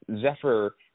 Zephyr